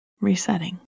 resetting